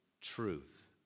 truth